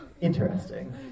interesting